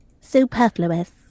Superfluous